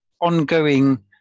ongoing